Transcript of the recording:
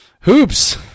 Hoops